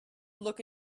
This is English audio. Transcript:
look